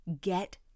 Get